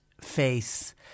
face